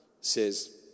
Says